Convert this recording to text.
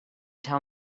tell